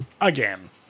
again